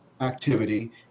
activity